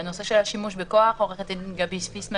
בנושא השימוש בכוח עורכת הדין גבי פיסמן